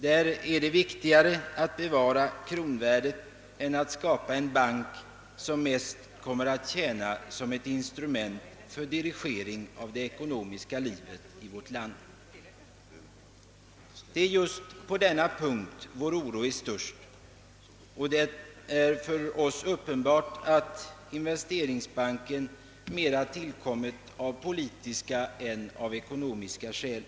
Det är viktigare att bevara kronvärdet än att skapa en bank, som mest kommer att tjäna som ett instrument för dirigering av det ekonomiska livet i vårt land. Det är just på denna punkt som vår oro är störst. För oss är det uppenbart att investeringsbanken tillkommit mera av politiska än av ekonomiska skäl.